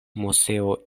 moseo